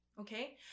okay